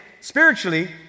spiritually